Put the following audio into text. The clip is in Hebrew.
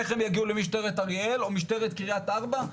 איך הם יגיעו למשטרת אריאל או משטרת קריית ארבע.